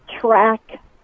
track